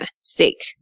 state